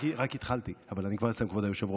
רק התחלתי אבל אני כבר אסיים, כבוד היושב-ראש.